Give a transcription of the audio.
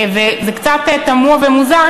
וקצת תמוה ומוזר,